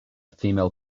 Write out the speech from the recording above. female